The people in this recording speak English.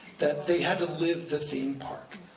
that they had to live the theme park,